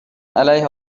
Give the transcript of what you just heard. علیه